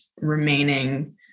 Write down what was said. remaining